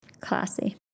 Classy